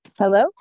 Hello